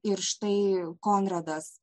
ir štai konradas